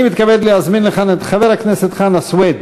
אני מתכבד להזמין לכאן את חבר הכנסת חנא סוייד